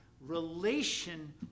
relation